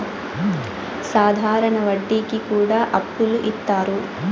సాధారణ వడ్డీ కి కూడా అప్పులు ఇత్తారు